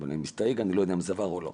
אני מסתייג, אני לא יודע אם זה עבר או לא.